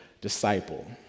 disciple